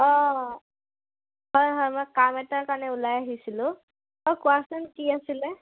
অঁ হয় হয় মই কাম এটাৰ কাৰণে ওলাই আহিছিলোঁ অঁ কোৱাচোন কি আছিলে